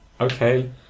Okay